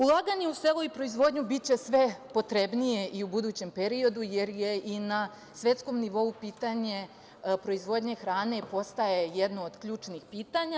Ulaganje u selo i proizvodnju biće sve potrebnije i u budućem periodu, jer i na svetskom nivou pitanje proizvodnje hrane postaje jedno od ključnih pitanja.